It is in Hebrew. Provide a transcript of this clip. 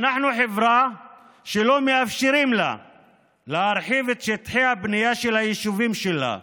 אנחנו חברה שלא מאפשרים לה להרחיב את שטחי הבנייה של היישובים שלה,